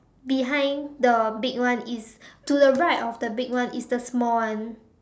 behind the big one is to the right of the big one is the small one